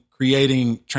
creating